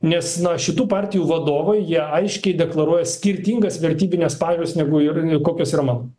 nes na šitų partijų vadovai jie aiškiai deklaruoja skirtingas vertybines pažiūras negu kokios yra mano